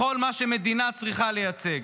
בכל מה שמדינה צריכה לייצג.